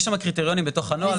יש שם קריטריונים בתוך הנוהל.